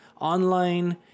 online